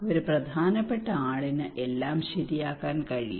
ഒരു പ്രധാനപ്പെട്ട ആളിന് എല്ലാം ശരിയാക്കാൻ കഴിയും